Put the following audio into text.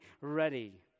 ready